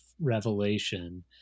revelation